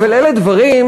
אבל אלה דברים,